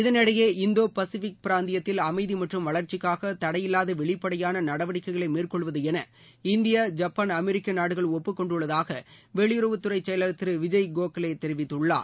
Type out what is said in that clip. இதனிடையே Indo Pacific பிராந்தியத்தில் அமைதி மற்றும் வளர்ச்சிக்காக தடையில்லாத வெளிப்படையான நடவடிக்கைகளை மேற்கொள்வது என இந்தியா ஜப்பாள் அமெரிக்கா நாடுகள் ஒப்புகொண்டுள்ளதாக வெளியுறவுத்துறை செயலர் திரு விஜய் கோகலே தெரிவித்துள்ளார்